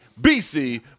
BC